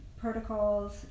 protocols